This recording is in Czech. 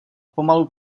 pomalu